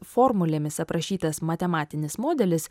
formulėmis aprašytas matematinis modelis